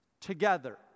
together